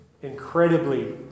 incredibly